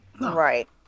Right